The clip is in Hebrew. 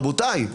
רבותי,